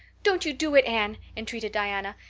don't you do it, anne, entreated diana.